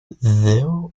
there